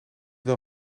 wel